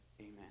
amen